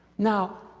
now